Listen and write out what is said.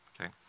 okay